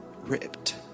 ripped